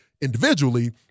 individually